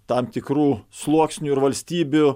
tam tikrų sluoksnių ir valstybių